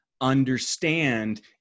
understand